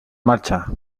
marcha